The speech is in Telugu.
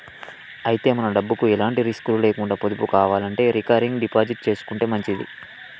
అయితే మన డబ్బుకు ఎలాంటి రిస్కులు లేకుండా పొదుపు కావాలంటే రికరింగ్ డిపాజిట్ చేసుకుంటే మంచిది